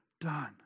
done